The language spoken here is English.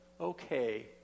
okay